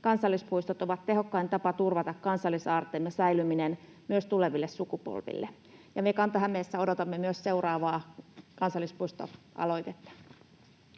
Kansallispuistot ovat tehokkain tapa turvata kansallisaarteemme säilyminen myös tuleville sukupolville, ja myös me Kanta-Hämeessä odotamme seuraavaa kansallispuistoaloitetta.